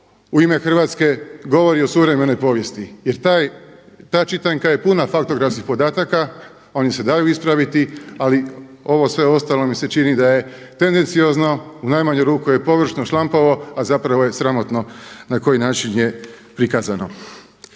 u ime Hrvatske govori o suvremenoj povijesti. Jer ta čitanka je puna faktografskih podataka, oni se daju ispraviti, ali ovo sve ostalo mi se čini da je tendenciozno, u najmanju ruku je površno, šlampavo, a zapravo je sramotno na koji način je prikazano.